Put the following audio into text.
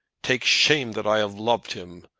take shame that i have loved him!